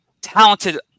talented